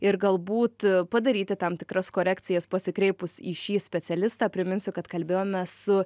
ir galbūt padaryti tam tikras korekcijas pasikreipus į šį specialistą priminsiu kad kalbėjome su